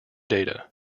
data